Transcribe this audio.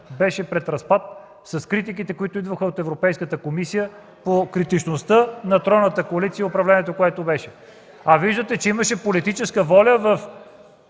беше пред разпад, критиките, които идваха от Европейската комисия по критичността на тройната коалиция и управлението, което беше. Виждате, че имаше политическа воля в